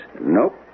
Nope